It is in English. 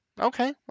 okay